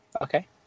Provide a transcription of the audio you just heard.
okay